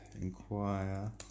Inquire